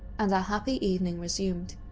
and our happy evening resumed.